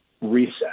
reset